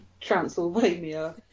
transylvania